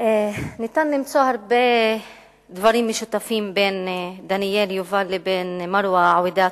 ניתן למצוא הרבה דברים משותפים בין דניאל יובל לבין מרוה עוידאת,